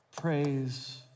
praise